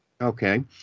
Okay